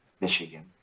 michigan